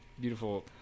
Beautiful